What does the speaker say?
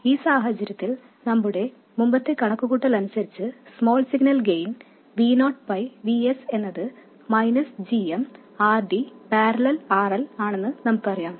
ഈ സാഹചര്യത്തിൽ നമ്മുടെ മുമ്പത്തെ കണക്കുകൂട്ടൽ അനുസരിച്ച് small signal gain V naught V s എന്നത് g m R D ∥ R L ആണെന്ന് നമുക്കറിയാം